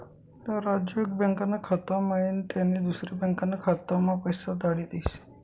राजू एक बँकाना खाता म्हाईन त्यानी दुसरी बँकाना खाताम्हा पैसा धाडी देस